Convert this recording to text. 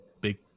big